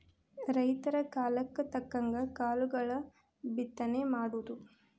ರೈತರ ಕಾಲಕ್ಕ ತಕ್ಕಂಗ ಕಾಳುಗಳ ಬಿತ್ತನೆ ಮಾಡುದು